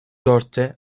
dörtte